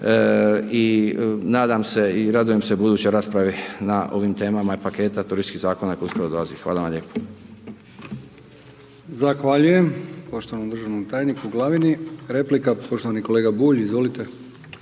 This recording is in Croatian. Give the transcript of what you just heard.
i nadam se, i radujem se budućoj raspravi na ovim temama i paketa turističkih zakona koji uskoro dolazi. Hvala vam lijepo.